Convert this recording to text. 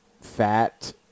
fat